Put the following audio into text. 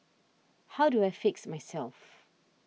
how do I fix myself